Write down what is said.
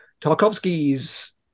Tarkovsky's